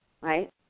right